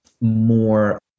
more